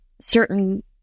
certain